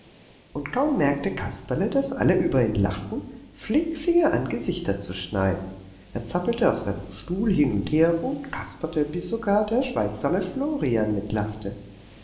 und kaum merkte kasperle daß alle über ihn lachten flink fing er an gesichter zu schneiden er zappelte auf seinem stuhl hin und her und kasperte bis sogar der schweigsame florian mitlachte